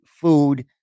food